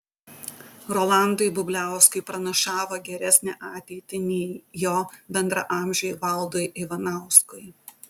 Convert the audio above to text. rolandui bubliauskui pranašavo geresnę ateitį nei jo bendraamžiui valdui ivanauskui